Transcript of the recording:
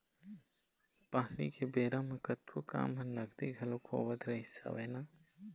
पहिली के बेरा म कतको काम ह नगदी घलोक होवत रिहिस हवय ना